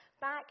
Back